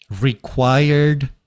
required